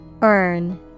Earn